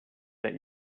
that